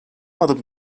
adım